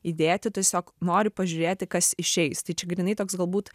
įdėti tiesiog nori pažiūrėti kas išeis tai čia grynai toks galbūt